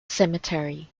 cemetery